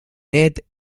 net